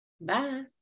bye